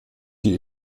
die